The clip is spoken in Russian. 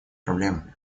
проблемами